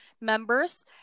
members